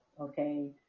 okay